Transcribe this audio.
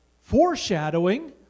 foreshadowing